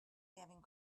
having